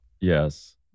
Yes